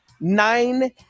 nine